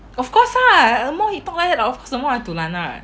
of course lah the more he talk like that of course the more I dulan ah